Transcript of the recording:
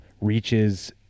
reaches